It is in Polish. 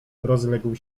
rozległ